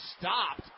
stopped